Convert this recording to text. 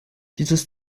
dieses